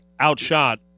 outshot